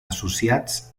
associats